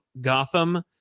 gotham